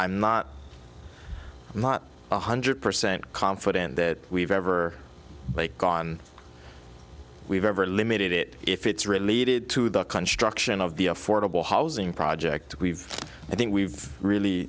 i'm not i'm not one hundred percent confident that we've ever make gone we've ever limited it if it's related to the construction of the affordable housing project we've i think we've